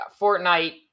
Fortnite